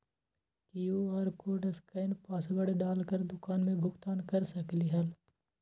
QR code scan password डाल कर दुकान में भुगतान कर सकलीहल?